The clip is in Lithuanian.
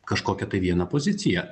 kažkokią tai vieną poziciją